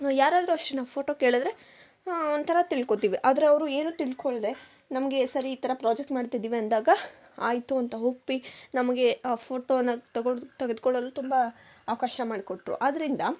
ಯಾರಾದರು ಅಷ್ಟೇ ನಾವು ಫೋಟೋ ಕೇಳಿದರೆ ಒಂಥರ ತಿಳ್ಕೋಳ್ತೀವಿ ಆದರೆ ಅವರು ಏನು ತಿಳ್ಕೊಳ್ಳದೇ ನಮಗೆ ಸರ್ ಈ ಥರ ಪ್ರೊಜೆಕ್ಟ್ ಮಾಡ್ತಿದ್ದೀವಿ ಅಂದಾಗ ಆಯಿತು ಅಂತ ಒಪ್ಪಿ ನಮಗೆ ಆ ಫೋಟೋನ ತೊಗೊಂಡು ತೆಗೆದುಕೊಳ್ಳಲು ತುಂಬ ಅವಕಾಶ ಮಾಡಿಕೊಟ್ರು ಆದ್ದರಿಂದ